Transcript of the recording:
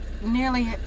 nearly